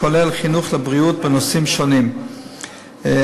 כולל חינוך לבריאות בנושאים שונים שלא